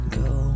go